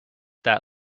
that